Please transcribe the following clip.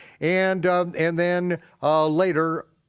and and then later,